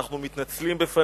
אנחנו מתנצלים בפניך,